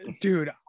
dude